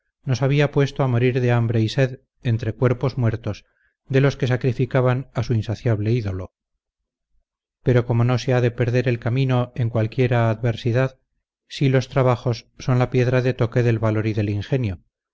nos había puesto a morir de hambre y sed entre cuerpos muertos de los que sacrificaban a su insaciable ídolo pero como no se ha de perder el camino en cualquiera adversidad sí los trabajos son la piedra de toque del valor y del ingenio